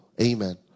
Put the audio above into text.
Amen